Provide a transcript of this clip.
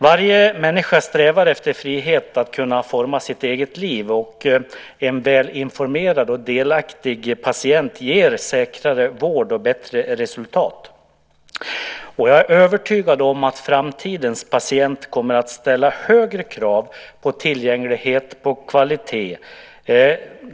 Varje människa strävar efter frihet att kunna forma sitt eget liv, och en välinformerad och delaktig patient ger säkrare vård och bättre resultat. Och jag är övertygad om att framtidens patient kommer att ställa högre krav på tillgänglighet och på kvalitet.